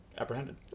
apprehended